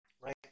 Right